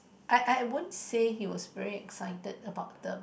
I I wouldn't say he was very exited about them